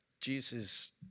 Jesus